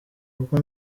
kuko